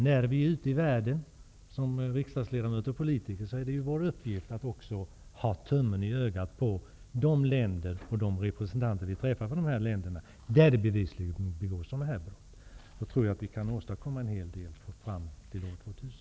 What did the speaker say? När vi är ute i världen som riksdagsledamöter och politiker är det vår uppgift att ha tummen i ögat på de representanter vi träffar för de länder där det bevisligen begås sådana brott. Då tror jag att vi kan åstadkomma en hel del fram till år 2000.